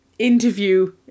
Interview